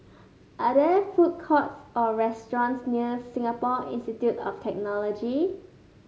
are there food courts or restaurants near Singapore Institute of Technology